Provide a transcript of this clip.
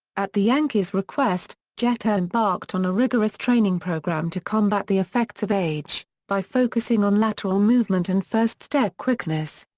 at the yankees' request, jeter embarked on a rigorous training program to combat the effects of age, by focusing on lateral movement and first-step quickness.